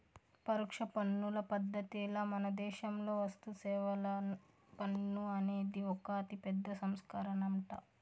పరోక్ష పన్నుల పద్ధతిల మనదేశంలో వస్తుసేవల పన్ను అనేది ఒక అతిపెద్ద సంస్కరనంట